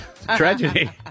Tragedy